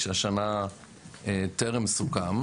שמנו באיזושהי מסגרת איזשהו סיכום לפני כמה שנים,